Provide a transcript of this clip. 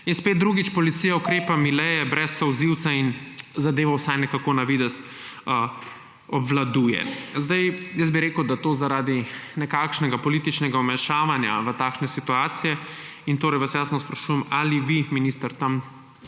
in spet drugič policija ukrepa mileje, brez solzivca in zadevo vsaj na videz obvladuje. Jaz bi rekel, da je to zaradi nekakšnega političnega vmešavanja v takšne situacije. Jasno vas sprašujem: Ali vi, minister, na